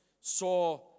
saw